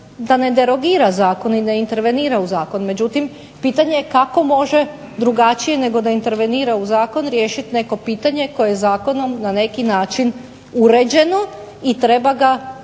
da ne derogira zakone i ne intervenira u zakon. Međutim, pitanje je kako može drugačije nego da intervenira u zakon riješiti neko pitanje koje zakonom na neki način uređeno i treba ga urediti